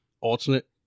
alternate